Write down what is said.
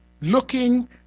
looking